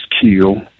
kill